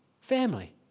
family